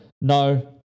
no